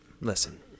Listen